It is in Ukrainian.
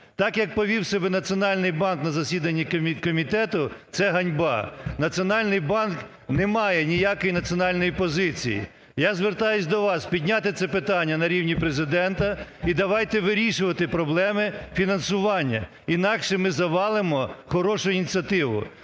Так, як повів себе Національний банк на засіданні комітету, це ганьба. Національний банк не має ніякої національної позиції. Я звертаюсь до вас підняти це питання на рівні Президента. І давайте вирішувати проблеми фінансування. Інакше ми завалимо хорошу ініціативу.